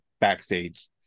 backstage